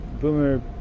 boomer